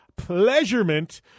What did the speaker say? pleasurement